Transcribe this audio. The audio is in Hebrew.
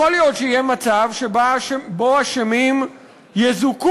יכול להיות שיהיה מצב שבו אשמים יזוכו,